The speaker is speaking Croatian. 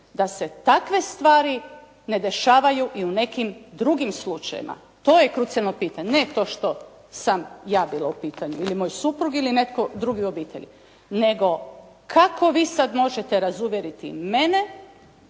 da se takve stvari ne dešavaju i u nekim drugim slučajevima. To je krucijalno pitanje. Ne to što sam ja bila u pitanju ili moj suprug ili netko drugi u obitelji, nego kako vi sad možete razuvjeriti mene